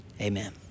Amen